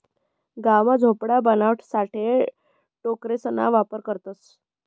गाव मा झोपड्या बनवाणासाठे टोकरेसना वापर करतसं